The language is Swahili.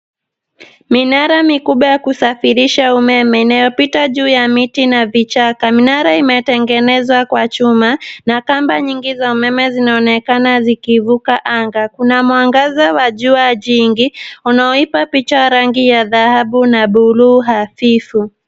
Minara mikubwa ya kusafirisha umeme inayopita juu ya miti na vichaka. Minara imetengenezwa kwa chuma na kamba nyingi za umeme zinaonekana zikivuka anga. Kuna mwangaza wa jua jingi unaoipa picha rangi ya dhahabu na buluu hafifu.